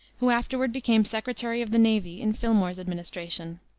who afterward became secretary of the navy in fillmore's administration.